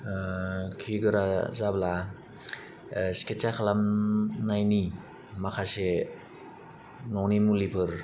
खि गोरा जाब्ला स्किटचा खालामनायनि माखासे न'नि मुलिफोर